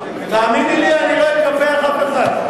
תאמיני לי, אני לא אקפח אף אחד.